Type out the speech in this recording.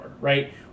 right